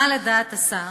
מה לדעת השר